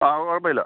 ആ കുഴപ്പം ഇല്ല